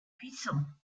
puissants